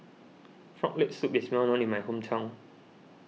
Frog Leg Soup is well known in my hometown